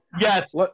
Yes